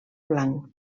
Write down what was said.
blanc